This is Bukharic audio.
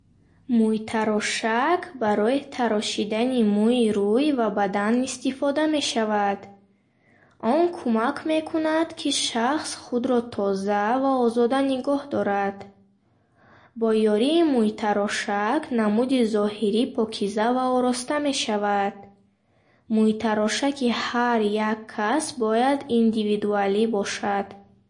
Мӯйтарошак е "бритва" барои тарошидани мӯйи рӯй ва бадан истифода мешавад. Он кӯмак мекунад, ки шахс худро тоза ва озода нигоҳ дорад. Бо ёрии мӯйтарошак намуди зоҳирӣ покиза ва ороста мешавад. Муйтарошаки ҳар як шаҳс бояд индивидуалӣ бошад.